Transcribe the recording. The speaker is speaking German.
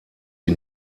die